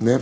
Ne.